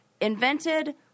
invented